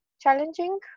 challenging